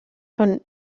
von